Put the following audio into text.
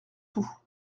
tout